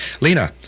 Lena